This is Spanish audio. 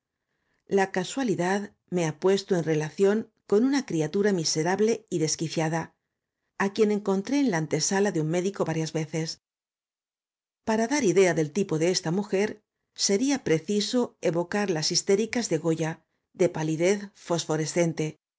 la casualidad me ha puesto en relación c o n una criatura miserable y desquiciada á quien encontré en la antesala de un médico varias veces para dar idea del tipo de esta mujer sería preciso evocar las histéricas de goya de palidez fosforescente